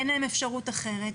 אין להם אפשרות אחרת.